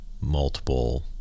multiple